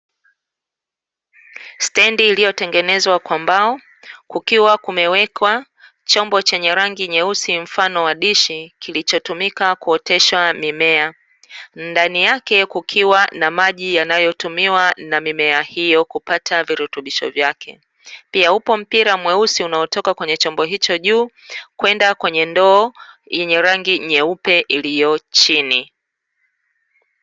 Stendi iloyotengenezwa kwa mbao, kukiwa kumeekwa chombo chenye rangi nyeusi mfano wa dishi, kilichotumika kuotesha mimea, ndani yake kukiwa na maji yanayotumiwa na mimea hiyo kupata virutubisho vyake, pia upo mpira mweusi unaotoka kwenye chombo hicho juu kwenda kwenye ndoo yenye rangi nyeupe iliyo chini.